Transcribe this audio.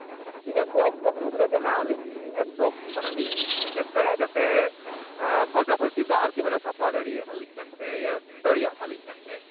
ᱤᱱᱟᱹ ᱠᱚ ᱚᱠᱛᱚ ᱢᱩᱫᱽ ᱨᱮᱜᱮ ᱦᱟᱸᱜ ᱟᱞᱤᱧ ᱮᱠᱫᱚᱢ ᱢᱟᱱᱮ ᱞᱤᱧ ᱪᱮᱥᱴᱟᱭᱟ ᱡᱟᱛᱮ ᱯᱷᱟᱨᱪᱟ ᱯᱷᱟᱹᱨᱪᱤ ᱫᱟᱜ ᱟᱨᱠᱤ ᱥᱟᱯᱞᱟᱭ ᱫᱟᱲᱮᱭᱟᱜᱼᱟ ᱞᱤᱧ ᱤᱭᱟᱹ ᱫᱟᱲᱮᱭᱟᱜ ᱢᱟᱞᱤᱧ ᱢᱮᱱᱛᱮ